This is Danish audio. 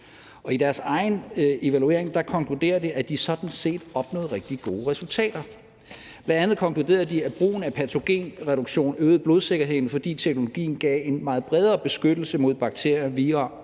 I deres egen evaluering konkluderede de, at de sådan set opnåede rigtig gode resultater. Bl.a. konkluderede de, at brugen af patogenreduktion øgede sikkerheden, fordi teknologien gav en meget bredere beskyttelse mod bakterier og vira